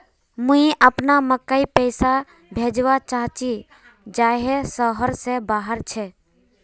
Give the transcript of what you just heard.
मुई अपना भाईक पैसा भेजवा चहची जहें शहर से बहार छे